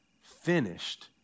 finished